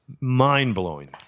mind-blowing